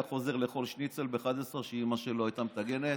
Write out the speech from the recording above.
היה חוזר לאכול שניצל ב-11:00 שאימא שלו הייתה מטגנת,